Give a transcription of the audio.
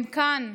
הם כאן.